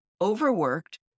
overworked